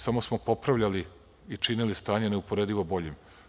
Samo smo popravljali i činili stanje ne uporedivo boljim.